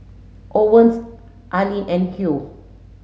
Owens Alene and Hugh